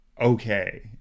okay